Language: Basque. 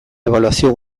ebaluazio